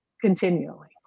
continually